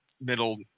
middle